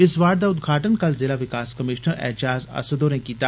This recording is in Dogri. इस वार्ड दा उदघाटन कल ज़िला विकास कमीश्नर एजाज़ असद होरें कीता